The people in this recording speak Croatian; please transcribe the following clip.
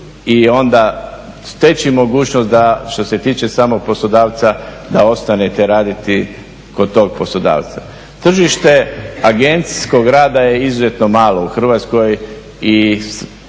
i onda steći mogućnost da što se tiče samog poslodavca da ostanete raditi kod tog poslodavca. Tržište agencijskog rada je izuzetno malo u Hrvatskoj i prema